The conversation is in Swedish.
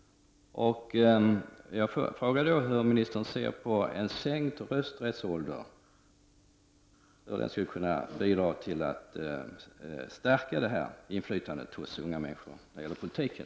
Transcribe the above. Jag frågade då hur ministern ser på en sänkt rösträttsålder och hur den skall kunna bidra till att stärka unga människors inflytande i politiken.